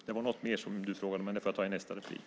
Du frågade något mer, Gunvor, men det får jag ta i nästa replik.